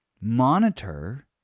monitor